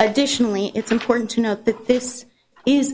additionally it's important to note that this is